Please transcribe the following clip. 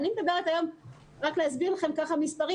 יכולה בהחלט לעזור.